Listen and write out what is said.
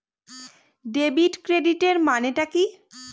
Debit ক্রেডিটের মানে টা কি?